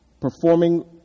performing